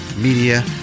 Media